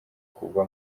kuva